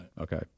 Okay